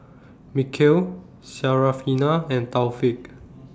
Mikhail Syarafina and Taufik